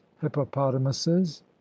hippopotamuses